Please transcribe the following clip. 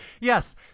Yes